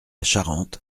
charente